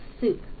soup